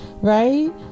right